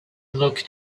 look